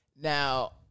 Now